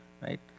right